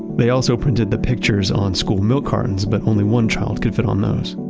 they also printed the pictures on school milk cartons but only one child could fit on those.